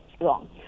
wrong